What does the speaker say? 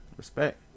respect